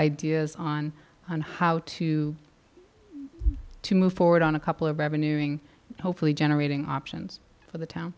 ideas on how to to move forward on a couple of revenue ing hopefully generating options for the town